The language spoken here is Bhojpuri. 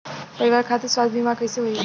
परिवार खातिर स्वास्थ्य बीमा कैसे होई?